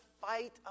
fight